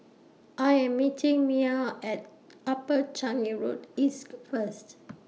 I Am meeting Mia At Upper Changi Road East First